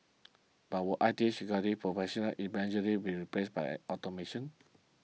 but will I T Security Professionals eventually with replaced by automation